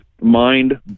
mind